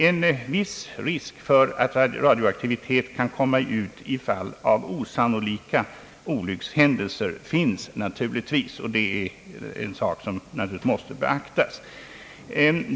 En viss risk för att radioaktivitet kan komma ut i fall av osannolika olycks händelser finns naturligtvis, och det: är en sak som måste beaktas.